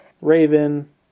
Raven